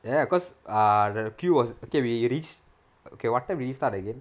ya because err the queue was okay we reached okay what time did it start again